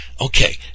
Okay